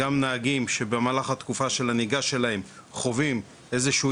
גם נהגים שבמהלך התקופה של הנהיגה שלהם חווים איזה שהם